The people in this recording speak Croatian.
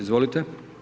Izvolite.